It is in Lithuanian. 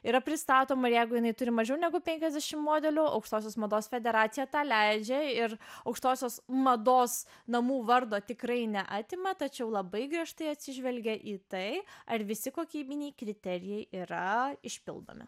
yra pristatoma ir jeigu jinai turi mažiau negu penkiasdešim modelių aukštosios mados federacija tą leidžia ir aukštosios mados namų vardo tikrai neatima tačiau labai griežtai atsižvelgia į tai ar visi kokybiniai kriterijai yra išpildomi